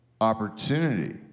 opportunity